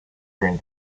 during